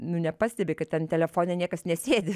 nu nepastebi kad ten telefone niekas nesėdi